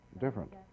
different